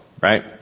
Right